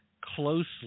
closely